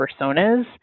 personas